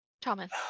Thomas